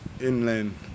inland